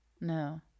No